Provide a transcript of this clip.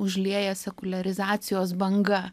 užlieja sekuliarizacijos banga